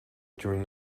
during